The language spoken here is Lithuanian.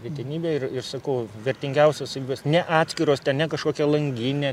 retenybė ir ir sakau vertingiausios savybės ne atskiros ten ne kažkokia langinė